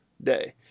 day